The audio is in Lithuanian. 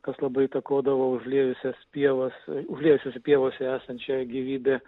kas labai įtakodavo užliejusias pievas užliejusiose pievose esančią gyvybę